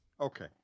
okay